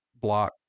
block